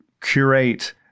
curate